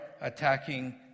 attacking